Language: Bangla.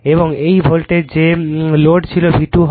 এবং এই ভোল্টেজ যে লোড ছিল V2 হয়